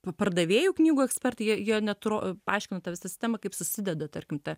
pardavėjų knygų ekspertai jie jie net ro paaiškina tą visą sistemą kaip susideda tarkim ta